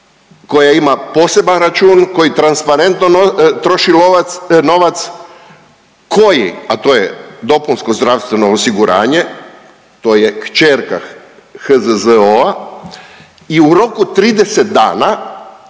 koja ima poseban račun koji transparentno troši novac koji, a to je dopunsko zdravstveno osiguranje to je kćerka HZZO-a i u roku 30 dana